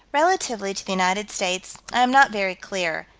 relatively to the united states i am not very clear,